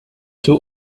two